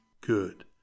good